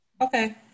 Okay